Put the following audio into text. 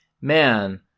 man